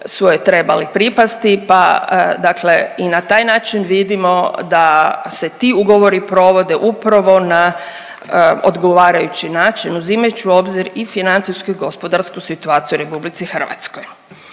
su joj trebali pripasti, pa dakle i na taj način vidimo da se ti ugovori provode upravo na odgovarajući način uzimajući u obzir i financijsku i gospodarsku situaciju u RH. Kad je